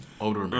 Older